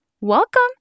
welcome